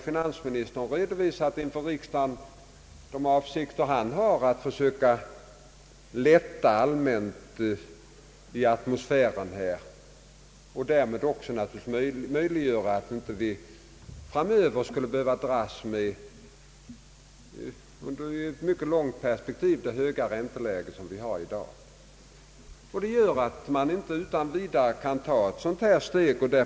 Finansministern har också inför riksdagen redovisat sina avsikter att så att säga lätta på atmosfären inom detta område och därmed naturligtvis också möjliggöra att vi inte framöver skall behöva dras med det höga ränteläge vi i dag har. Det gör att man inte utan vidare kan ta det steg som herr Dahlén talar om.